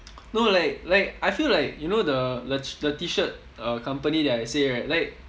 no like like I feel like you know the the T-shirt uh company that I say right like